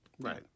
Right